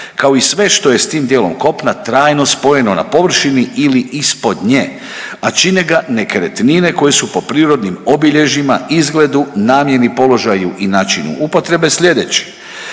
kao i sve što je s tim dijelom kopna trajno spojeno na površini ili ispod nje, a čine ga nekretnine koje su po prirodnim obilježjima, izgledu, namjeni, položaju i načinu upotrebe, sljedeći,